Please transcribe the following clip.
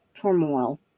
turmoil